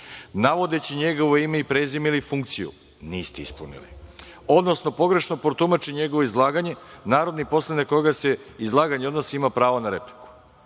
navodeći njegovo ime i prezime ili funkciju, niste ispunili, odnosno pogrešno protumači njegovo izlaganje, narodni poslanik na koga se izlaganje odnosi ima pravo na repliku.